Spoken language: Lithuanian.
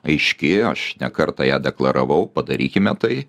aiški aš ne kartą ją deklaravau padarykime tai